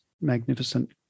magnificent